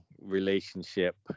relationship